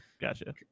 Gotcha